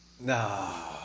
No